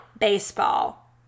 Baseball